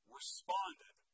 responded